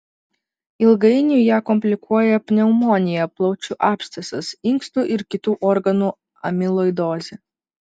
ilgainiui ją komplikuoja pneumonija plaučių abscesas inkstų ir kitų organu amiloidozė